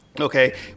Okay